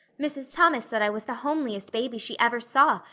mrs. thomas said i was the homeliest baby she ever saw,